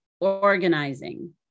organizing